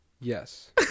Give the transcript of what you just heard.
yes